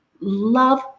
love